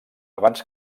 abans